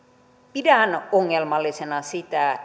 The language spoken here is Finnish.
pidän ongelmallisena sitä